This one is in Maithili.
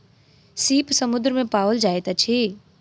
सीप समुद्र में पाओल जाइत अछि